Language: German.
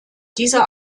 dieser